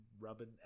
rubbing